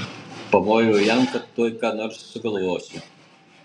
pamojau jam kad tuoj ką nors sugalvosiu